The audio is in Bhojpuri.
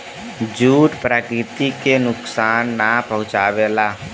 जूट प्रकृति के नुकसान ना पहुंचावला